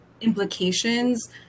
implications